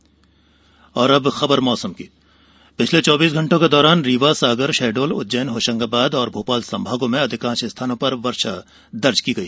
मौसम अब खबर मौसम की पिछले चौबीस घण्टों के दौरान रीवा सागर शहडोल उज्जैन होशंगाबाद और भोपाल संभागों में अधिकांश स्थानों पर वर्षा दर्ज की गई